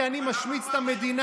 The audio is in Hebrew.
כי אני משמיץ את המדינה.